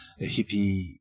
hippie